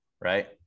Right